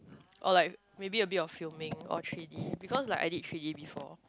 or like maybe a bit of filming or three-D because like I did three-D before